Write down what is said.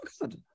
God